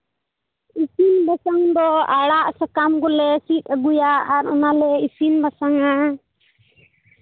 ᱤᱥᱤᱱ ᱵᱟᱥᱟᱝ ᱫᱚ ᱟᱲᱟᱜ ᱥᱟᱠᱟᱢ ᱠᱚᱞᱮ ᱥᱤᱫ ᱟᱹᱜᱩᱭᱟ ᱟᱨ ᱚᱱᱟᱞᱮ ᱤᱥᱤᱱ ᱵᱟᱥᱟᱝᱟ